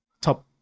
top